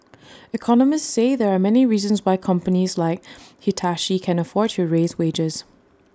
economists say there are many reasons why companies like Hitachi can afford to raise wages